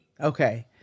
Okay